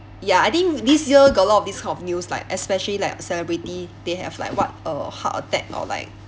ya I think this year got a lot of this kind of news like especially like celebrity they have like what a heart attack or like